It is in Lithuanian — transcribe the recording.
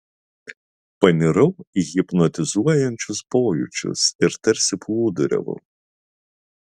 panirau į hipnotizuojančius pojūčius ir tarsi plūduriavau